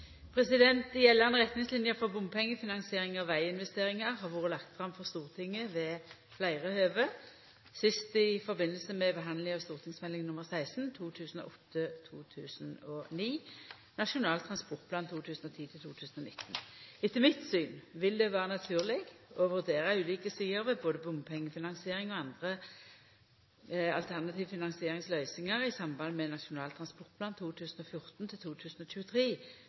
Gjeldande retningsliner for bompengefinansiering av veginvesteringar har vore lagde fram for Stortinget ved fleire høve, sist i samband med behandlinga av St.meld. nr. 16 for 2008–2009, Nasjonal transportplan 2010–2019. Etter mitt syn vil det vera naturleg å vurdera ulike sider ved både bompengefinansiering og andre alternative finansieringsløysingar i samband med Nasjonal transportplan